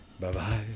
Bye-bye